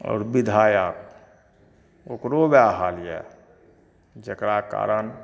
आओर बिधायक ओकरो वएह हाल यऽ जेकरा कारण